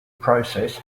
process